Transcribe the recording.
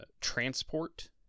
transport